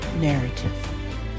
narrative